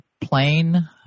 plain